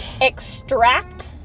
Extract